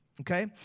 Okay